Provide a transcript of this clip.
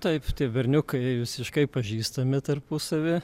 taip tie berniukai visiškai pažįstami tarpusavy